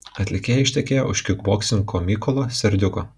atlikėja ištekėjo už kikboksininko mykolo serdiuko